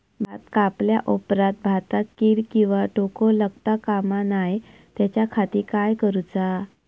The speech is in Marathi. भात कापल्या ऑप्रात भाताक कीड किंवा तोको लगता काम नाय त्याच्या खाती काय करुचा?